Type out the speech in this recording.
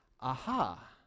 Aha